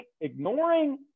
ignoring